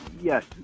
yes